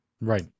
Right